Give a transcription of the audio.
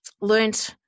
Learned